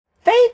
Faith